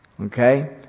Okay